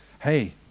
hey